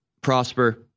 prosper